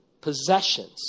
possessions